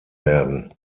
werden